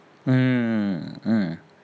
mm mm